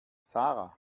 sarah